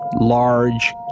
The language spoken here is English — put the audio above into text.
large